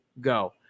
go